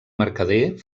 mercader